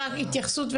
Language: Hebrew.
רק התייחסות,